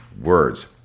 words